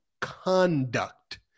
conduct